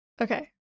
Okay